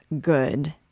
Good